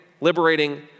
liberating